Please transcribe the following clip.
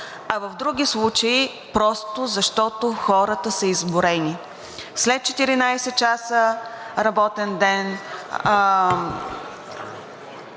а в други случаи просто защото хората са изморени. След 14 часа работен ден